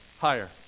Higher